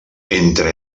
entre